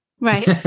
Right